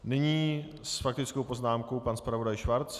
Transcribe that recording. Nyní s faktickou poznámkou pan zpravodaj Schwarz.